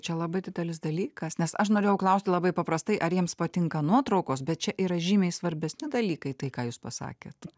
čia labai didelis dalykas nes aš norėjau klausti labai paprastai ar jiems patinka nuotraukos bet čia yra žymiai svarbesni dalykai tai ką jūs pasakėt